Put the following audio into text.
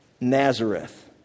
Nazareth